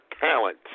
Talent